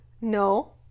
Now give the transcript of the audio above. No